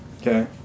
Okay